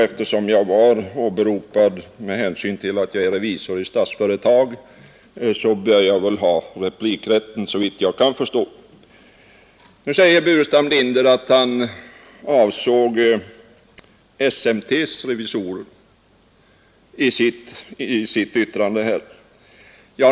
Eftersom jag var åberopad med hänsyn till att jag är revisor i Statsföretag bör jag ha replikrätt, såvitt jag kan förstå. Nu har herr Burenstam Linder sagt att han i sitt yttrande avsåg SMT:s revisorer.